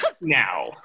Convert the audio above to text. now